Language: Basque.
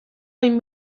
behin